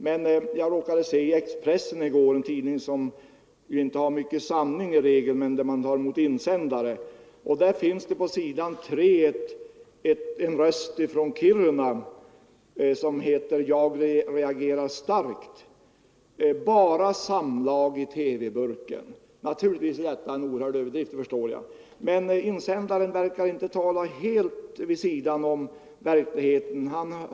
Men jag råkade se i Expressen i går, en tidning som ju inte har mycket sanning i regel, men där man tar emot insändare. Där finns på s. 3 en röst från Kiruna med signaturen ”Jag reagerar starkt”. Rubriken lyder: ”Bara samlag i TV-burken.” Naturligtvis är detta en oerhörd överdrift, det förstår jag. Men insändaren verkar inte tala helt vid sidan om verkligheten.